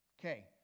Okay